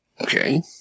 Okay